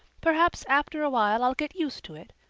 perhaps after a while i'll get used to it,